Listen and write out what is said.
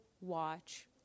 watch